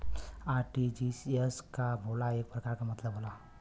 RTGS का होला एकर का मतलब होला?